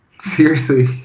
seriously.